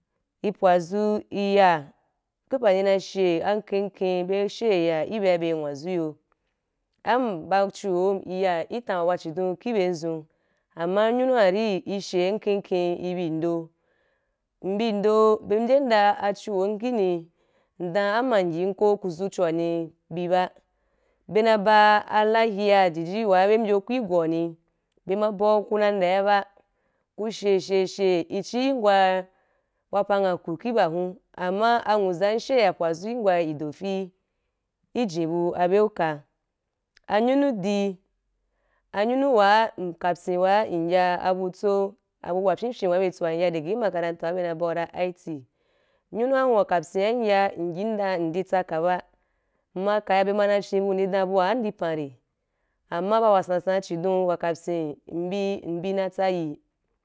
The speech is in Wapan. I pwazu i ya ko bani na ri sha aken ken bye sha ya byea bye ri nwazu ki yo am ba chuhom i ya. Tom wa waa chidon ki byen zu ama nyunu wa ri i sha aken ken i bi ndo mbi nd bye mbya dan a chuhom khini? Ndom ama in yi ko ku zu choa ni bi ba be na ri ba a layi a jiji wa be mbyeu ko ku i goni ba ma bau ku na ri nde ba ku sha sha sha i chi ngwa wapan-nghku ki ba hun ama nwuza sha ya pwazu ngwa idoffi ki jen a bye uka anyunu di anyunua nkapyen wa in ya a butso a bu wa fyenfye wa bye tswam ya da ge ki makaranta wa bye nari bau dan ra i. T anyunu wa kapyen wa a ya nyin dom indi tsaka ba mma kaya ba ma na fyen indi dim ra abua indi pan rai amma ba wa sansan bu chidon wa kapyin mbi bí na tsayi.